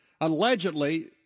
allegedly